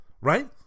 right